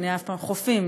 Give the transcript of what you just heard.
חופים,